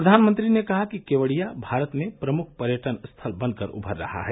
प्रधानमंत्री ने कहा कि केवड़िया भारत में प्रमुख पर्यटन स्थल बनकर उभर रहा है